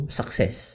success